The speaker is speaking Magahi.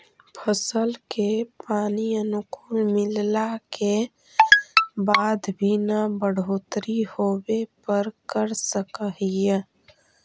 फसल के पानी अनुकुल मिलला के बाद भी न बढ़ोतरी होवे पर का कर सक हिय?